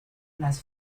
las